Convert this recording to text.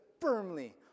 firmly